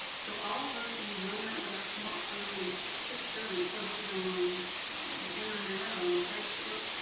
so all of us can run out with our smartphone and take a picture and post it on the internet or on facebook,